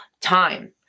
time